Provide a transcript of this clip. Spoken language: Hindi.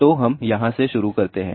तो हम यहाँ से शुरू करते हैं